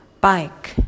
bike